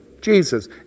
Jesus